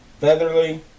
Featherly